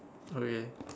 okay